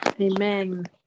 amen